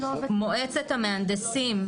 מועצת המהנדסים,